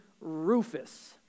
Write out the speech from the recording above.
Rufus